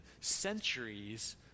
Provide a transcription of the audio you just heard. centuries